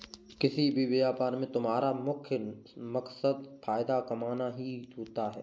किसी भी व्यापार में तुम्हारा मुख्य मकसद फायदा कमाना ही होता है